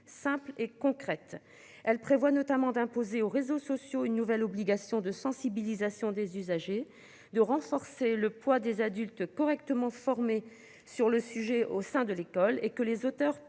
simple et concrète. Elle prévoit notamment d'imposer aux réseaux sociaux une nouvelle obligation de sensibilisation des usagers de renforcer le poids des adultes correctement formés sur le sujet au sein de l'école et que les auteurs puissent